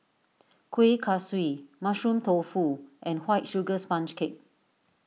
Kueh Kaswi Mushroom Tofu and White Sugar Sponge Cake